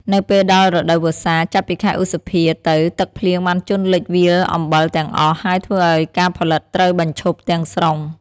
នៅពេលដល់រដូវវស្សា ចាប់ពីខែឧសភាទៅ ទឹកភ្លៀងបានជន់លិចវាលអំបិលទាំងអស់ ហើយធ្វើឲ្យការផលិតត្រូវបញ្ឈប់ទាំងស្រុង។